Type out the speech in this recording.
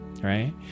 right